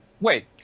Wait